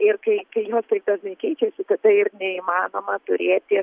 ir kai kai jos taip dažnai keičiasi kad tai ir neįmanoma turėti